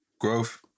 growth